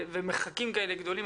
ומרחקים כאלה גדולים.